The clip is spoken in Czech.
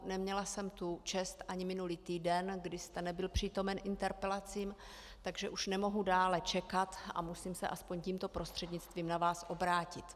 Neměla jsem tu čest ani minulý týden, kdy jste nebyl přítomen interpelacím, takže už nemohu dále čekat a musím se aspoň tímto prostřednictvím na vás obrátit.